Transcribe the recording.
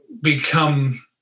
become